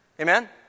Amen